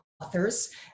authors